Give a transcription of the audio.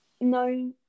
no